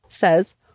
says